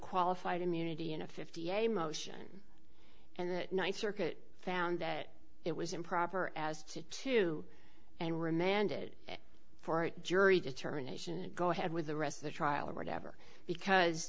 qualified immunity in a fifty a motion and the ninth circuit found that it was improper as to to and remanded for a jury determination go ahead with the rest the trial or whatever because